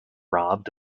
robbed